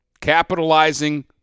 capitalizing –